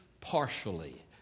partially